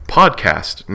podcast